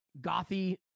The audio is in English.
gothy